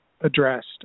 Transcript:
addressed